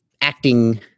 acting